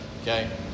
okay